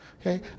Okay